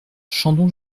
chandon